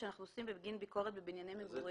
שאנחנו עושים בגין ביקורת בבנייני מגורים.